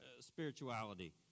spirituality